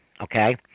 Okay